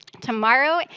Tomorrow